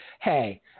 hey